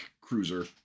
cruiser